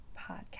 podcast